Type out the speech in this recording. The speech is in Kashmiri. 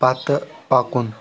پتہٕ پَکُن